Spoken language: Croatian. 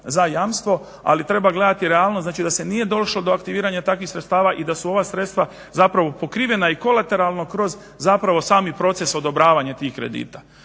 za jamstvo, ali treba gledati realnost znači da se nije došlo do aktiviranja takvih sredstava i da su ova sredstva pokrivena i kolateralno kroz sami proces odobravanja tih kredita.